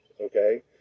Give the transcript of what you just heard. okay